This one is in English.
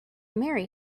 marry